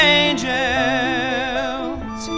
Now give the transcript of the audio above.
angels